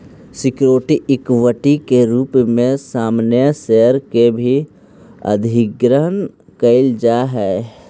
security equity के रूप में सामान्य शेयर के भी अधिग्रहण कईल जा हई